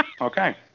okay